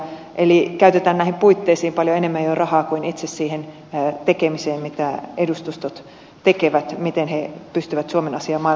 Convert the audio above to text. eli käytetään jo näihin puitteisiin paljon enemmän rahaa kuin itse siihen tekemiseen mitä edustustot tekevät miten he pystyvät suomen asiaa maailmalla edistämään